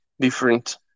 different